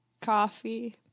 coffee